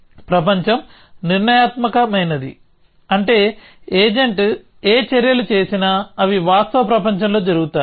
ప్రపంచం నిర్ణయాత్మకమైనది అంటే ఏజెంట్ ఏ చర్యలు చేసినా అవి వాస్తవ ప్రపంచంలో జరుగుతాయి